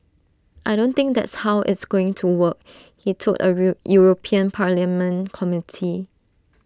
I don't think that's how it's going to work he told A real european parliament committee